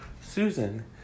Susan